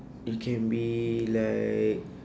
you can be like